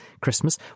Christmas